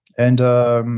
and